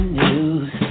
news